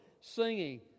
singing